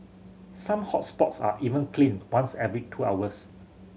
some hot spots are even cleaned once every two hours